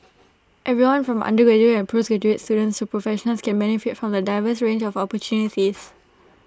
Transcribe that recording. everyone from undergraduate and postgraduate students to professionals can benefit from the diverse range of opportunities